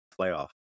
playoff